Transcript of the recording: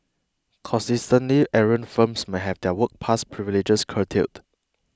consistently errant firms may have their work pass privileges curtailed